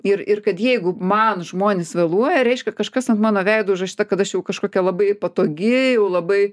ir ir kad jeigu man žmonės vėluoja reiškia kažkas ant mano veido užrašyta kad aš jau kažkokia labai patogi jau labai